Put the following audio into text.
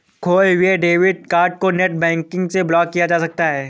खोये हुए debit card को नेटबैंकिंग से ब्लॉक किया जा सकता है